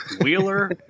Wheeler